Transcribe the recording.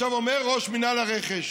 אומר ראש מינהל הרכש: